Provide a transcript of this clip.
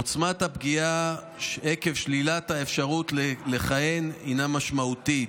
עוצמת הפגיעה עקב שלילת האפשרות לכהן הינה משמעותית.